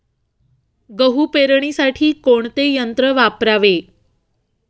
गहू पेरणीसाठी कोणते यंत्र वापरावे?